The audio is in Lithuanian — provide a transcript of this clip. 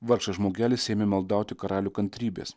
vargšas žmogelis ėmė maldauti karalių kantrybės